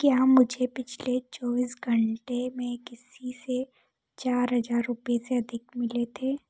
क्या मुझे पिछले चौबीस घंटे में किसी से चार हज़ार रुपये से अधिक मिले थे